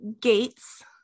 gates